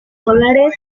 solares